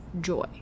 joy